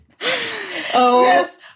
Yes